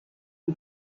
die